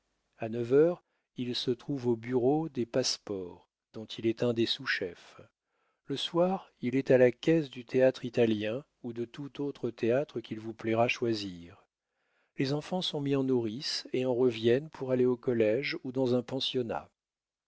a neuf heures il se trouve au bureau des passe-ports dont il est un des sous chefs le soir il est à la caisse du théâtre italien ou de tout autre théâtre qu'il vous plaira choisir les enfants sont mis en nourrice et en reviennent pour aller au collége ou dans un pensionnat